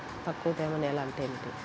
తక్కువ తేమ నేల అంటే ఏమిటి?